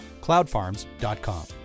Cloudfarms.com